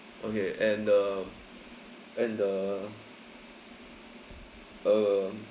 okay and the and the um